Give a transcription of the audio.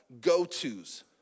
go-to's